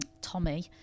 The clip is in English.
Tommy